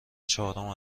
چهارم